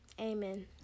Amen